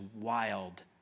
wild